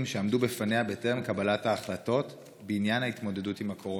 שעמדו בפניה בטרם קבלת החלטות בענייני ההתמודדות עם הקורונה?